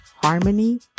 harmony